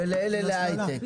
ואלה להיי-טק.